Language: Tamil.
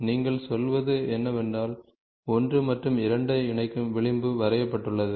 நீங்கள் சொல்வது என்னவென்றால் 1 மற்றும் 2 ஐ இணைக்கும் விளிம்பு வரையப்பட்டுள்ளது